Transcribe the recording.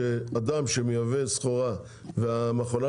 לא מבינים שאדם שמייבא סחורה והמכולה